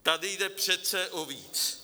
Tady jde přece o víc.